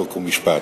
חוק ומשפט.